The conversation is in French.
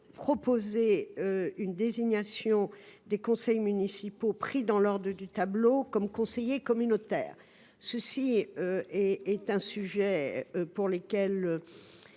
la désignation des conseillers municipaux pris dans l’ordre du tableau comme conseillers communautaires. C’est un sujet sur lequel